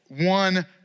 one